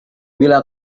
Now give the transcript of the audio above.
bila